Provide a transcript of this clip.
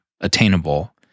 attainable